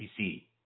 PC